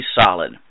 solid